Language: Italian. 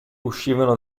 uscivano